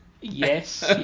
Yes